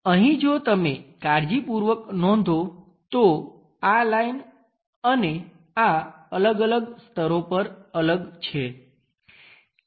અહીં જો તમે કાળજીપૂર્વક નોંધો તો આ લાઈન અને આ અલગ અલગ સ્તરો પર અલગ છે